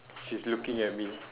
she's looking at me